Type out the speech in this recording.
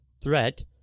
threat